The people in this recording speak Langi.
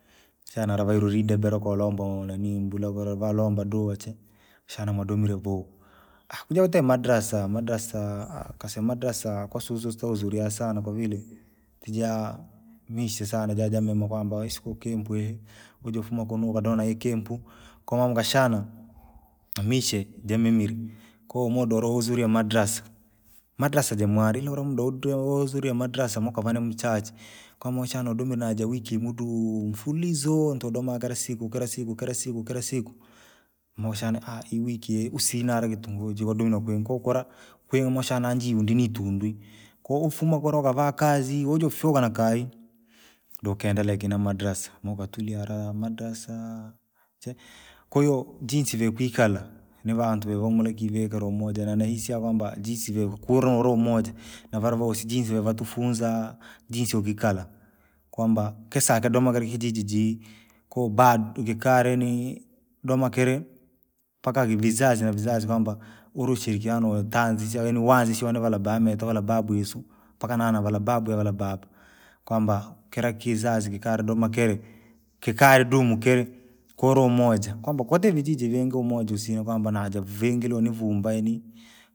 Shana avairwe ridebe lokolombwa nanii mbula vaa valomba dua chee, shana mwadomaa vuu, kujeutee madrasa madrasa kause madrasa kwasusu sitohudhuria sana kwavile, ukijaa mishe sana ja jamema kwamba isiko kempu, ujeufumee kunu ukadoma na kempu. komama ukashana, mishe jamemire, koo muda olohudhuria madrasa, madrasa jamware ila uromuda udro wakuhudhuria madrasa mukava nimchache, kamaushane ukadome naja iwiki imuduu! Mfululizoa! Ntokodama kira siku kira siku kira siku kira siku. maaushana iwiki usina ala kitongoji iwadome nokwi nkukura, kwi mushana njii ndinitundwi. Koo ufumaa kula ukavaa kazii uje ufyukaa na kayii, ukaendela ki na madrasa mukatulia hara! Madrasaa! Chee kwahiyo jinsi vikuikala, ni vantu vyamuno vikivikila umoja na nihisi kwamba jinsi vehu kuluhuru umoja. Navana vosii jinsi vare tufunza, jinsi ukikala, kwamba kasakire doma kila kijiji jii, koo bod- kikae yaanii, doma kiri, mpaka vizazi na vizazi kwamba, ure ushirikiano wataanzisha yaani waanzisha navala baamitu vala babumisu. Mpaka nana vala babu yavala babu, kwamba kira kizazi kikari doma kiii, kikare dumu kii, kwa ure umoja, kwamba kwatii vijiji vingi umoja usina kwamba najasingi liwanaishu vumba yani.